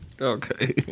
okay